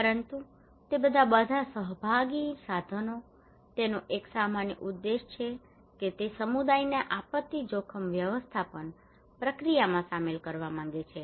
પરંતુ તે બધા બધા સહભાગી સાધનો તેઓનો એક સામાન્ય ઉદ્દેશ છે કે તે સમુદાયને આપત્તિ જોખમ વ્યવસ્થાપન પ્રક્રિયામાં સામેલ કરવા માગે છે